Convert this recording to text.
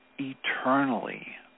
eternally